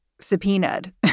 subpoenaed